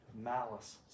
malice